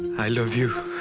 love you